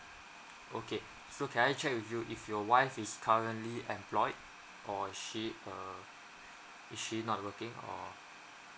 okay so can I check with you if your wife is currently employed or is she a is she not working or